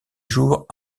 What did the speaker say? jours